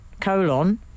colon